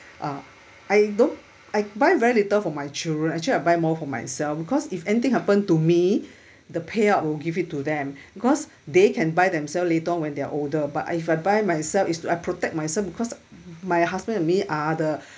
uh I don't I buy very little for my children actually I buy more for myself because if anything happen to me the payout will give it to them cause they can buy themselves later on when they are older but I if I buy myself is I protect myself because my husband and me are the